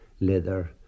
leather